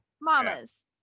mama's